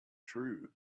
true